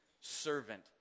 servant